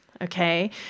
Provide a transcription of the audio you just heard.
okay